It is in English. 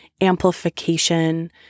amplification